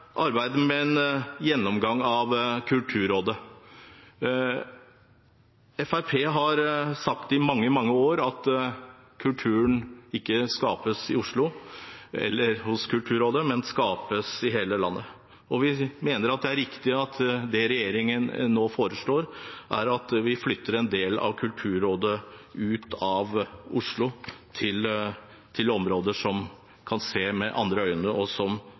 arbeidet med en gjennomgang av Kulturrådet. Fremskrittspartiet har sagt i mange, mange år at kulturen ikke skapes i Oslo eller hos Kulturrådet, men i hele landet, og vi mener det er riktig det regjeringen nå foreslår, at vi flytter en del av Kulturrådet ut av Oslo til områder der man kan se med andre øyne, og som